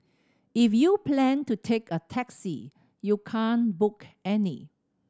if you plan to take a taxi you can't book any